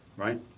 right